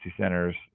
centers